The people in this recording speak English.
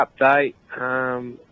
update